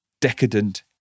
decadent